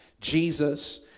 Jesus